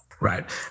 Right